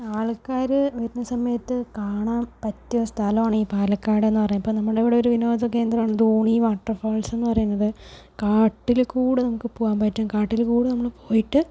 ആൾക്കാർ വരുന്ന സമയത്ത് കാണാൻ പറ്റിയ സ്ഥലമാണ് ഈ പാലക്കാടെന്ന് പറയാ ഇപ്പോൾ നമ്മളുടെ ഇവിടെ ഒരു വിനോദ കേന്ദ്രാണ് ധോണി വാട്ടർ ഫാൾസെന്ന് പറയുന്നത് കാട്ടിൽ കൂടെ നമുക്ക് പോകാൻ പറ്റും കാട്ടിൽ കൂടെ നമ്മൾ പോയിട്ട്